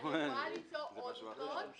אני יכולה למצוא עוד דוגמאות.